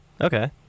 Okay